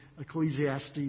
Ecclesiastes